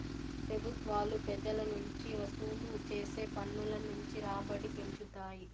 పెబుత్వాలు పెజల నుంచి వసూలు చేసే పన్నుల నుంచి రాబడిని పెంచుతాయి